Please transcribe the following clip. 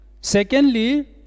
Secondly